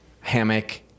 hammock